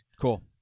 Cool